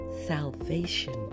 salvation